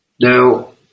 Now